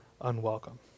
unwelcome